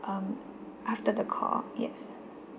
um after the call yes